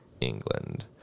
England